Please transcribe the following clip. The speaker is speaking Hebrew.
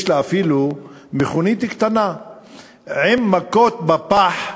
יש לה אפילו מכונית קטנה עם מכות בפח,